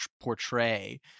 portray